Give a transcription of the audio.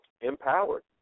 empowered